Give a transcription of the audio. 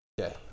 Okay